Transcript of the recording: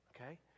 okay